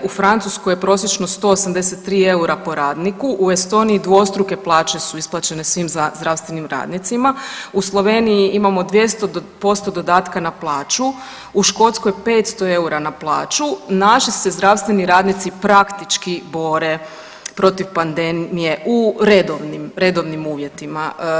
U Francuskoj je prosječno 183 eura po radniku, u Estoniji dvostruke plaće su isplaćene svim zdravstvenim radnicima, u Sloveniji imamo 200% dodatka na plaću, u Škotskoj 500 eura na plaću, naši se zdravstveni radnici praktički bore protiv pandemije u redovnim, redovnim uvjetima.